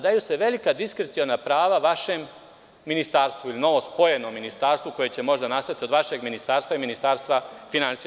Daju se velika diskreciona prava vašem ministarstvu, ili novospojenom ministarstvu koje će možda nastati od vašeg ministarstva i Ministarstva finansija.